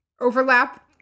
overlap